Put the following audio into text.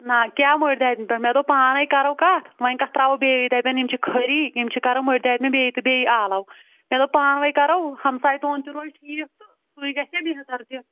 نا کیٛاہ مُردیٛادِم مےٚ دوٚپ پانے کرو کتھ وۅنۍ کتھ ترٛاوو بیٚیہِ دپَن یِم چھِ کھٔری یِم چھِ کران مٔردیٛادین بیٚیہِ تہِ بیٚیہِ آلو مےٚ دوٚپ پانہٕ ؤنۍ کرو ہمسایہِ تون تہِ روزِ ٹھیٖک تہٕ سُے گژھِ ہے بہتر تہِ